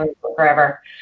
forever